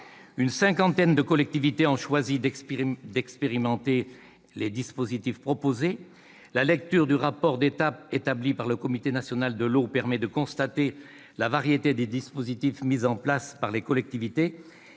Une cinquantaine de collectivités territoriales ont choisi d'expérimenter les dispositifs proposés. La lecture du rapport d'étape établi par le Comité national de l'eau permet de constater la variété des dispositifs mis en place par les collectivités,